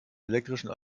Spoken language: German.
elektrischen